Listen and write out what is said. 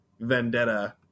vendetta